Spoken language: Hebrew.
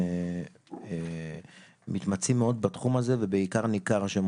הם מתמצאים מאוד בתחום הזה ובעיקר ניכר שהם